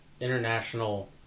international